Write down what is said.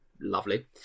Lovely